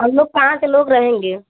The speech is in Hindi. हम लोग पाँच लोग रहेंगे